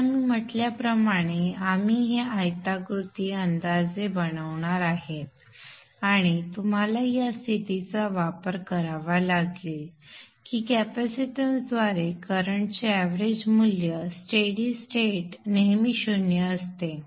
आता मी म्हटल्याप्रमाणे आपण हे आयताकृती अंदाजे बनवणार आहोत आणि तुम्हाला या स्थितीचा वापर करावा लागेल की कॅपेसिटन्सद्वारे करंट चे एवरेज व्हॅल्यू स्टेडि स्टेट नेहमी शून्य असते